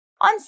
On